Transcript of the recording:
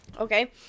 okay